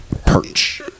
Perch